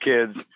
kids